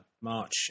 march